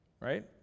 Right